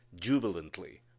jubilantly